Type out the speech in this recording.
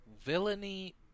Villainy